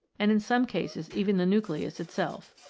and in some cases even the nucleus itself.